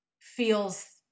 feels